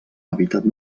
hàbitat